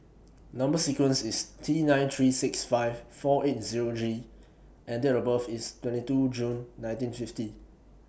Number sequence IS T nine three six five four eight Zero G and Date of birth IS twenty two June nineteen fifty